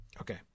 Okay